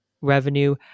revenue